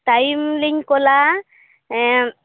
time ᱞᱤᱧ ᱠᱚᱞᱟ ᱮᱸᱻ